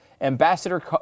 Ambassador